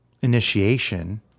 Initiation